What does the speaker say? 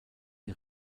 sie